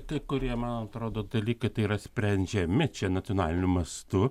tai kurie man atrodo dalykai yra sprendžiami čia nacionaliniu mastu